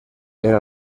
era